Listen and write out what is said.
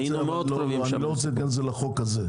לא רוצה להכניס לחוק הזה.